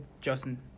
justin